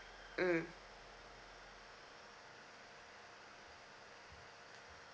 mm